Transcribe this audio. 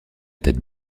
tête